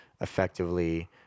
effectively